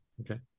Okay